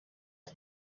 aha